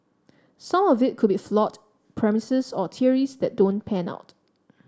some of it could be flawed premises or theories that don't pan out